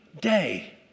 day